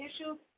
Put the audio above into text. issues